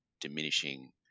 diminishing